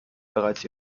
bereits